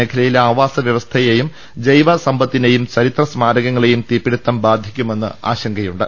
മേഖലയിലെ ആവാസ വ്യവസ്ഥയെയും ജൈവസമ്പത്തിനെയും ചരിത്ര സ്മാരകങ്ങളെയും തീപിടുത്തം ബാധിക്കുമെന്ന് ആശങ്കയുണ്ട്